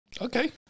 Okay